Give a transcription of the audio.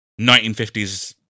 1950s